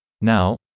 Now